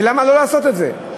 ולמה לא לעשות את זה?